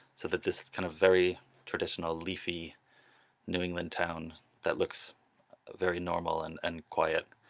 so that this is kind of very traditional leafy new england town that looks very normal and and quiet